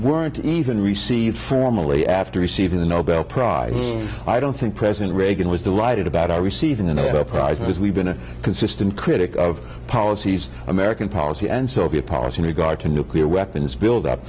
weren't even received formally after receiving the nobel prize i don't think president reagan was delighted about our receiving the nobel prize because we've been a consistent critic of policies american policy and soviet policy regard to nuclear weapons build up